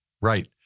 Right